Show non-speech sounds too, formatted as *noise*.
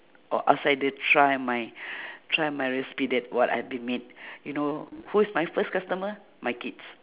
or outsider try my *breath* try my recipe that what I've been made *breath* you know who's my first customer my kids